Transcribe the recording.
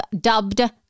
dubbed